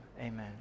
amen